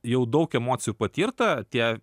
jau daug emocijų patirta tie